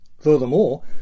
Furthermore